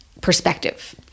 perspective